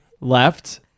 Left